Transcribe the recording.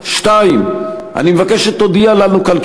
2. אני מבקש שתודיע לנו כאן,